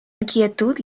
inquietud